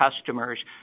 customers